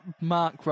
Mark